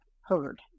heard